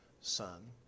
son